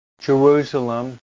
Jerusalem